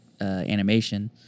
animation